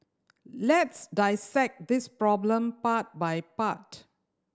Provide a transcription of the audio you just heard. let's dissect this problem part by part